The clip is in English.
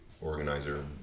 organizer